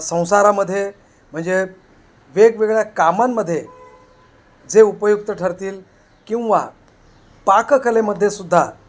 संसारामध्ये म्हणजे वेगवेगळ्या कामांमध्ये जे उपयुक्त ठरतील किंवा पाककलेमध्ये सुद्धा